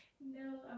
No